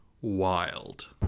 wild